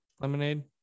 lemonade